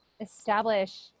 establish